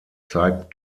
zeigt